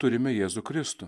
turime jėzų kristų